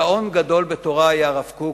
גאון גדול בתורה היה הרב קוק,